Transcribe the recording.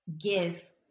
give